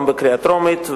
בקריאה טרומית,